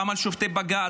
פעם על שופטי בג"ץ.